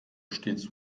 stets